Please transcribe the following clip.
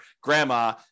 grandma